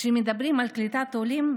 כשמדברים על קליטת עולים,